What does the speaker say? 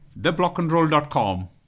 theblockandroll.com